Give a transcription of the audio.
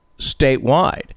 statewide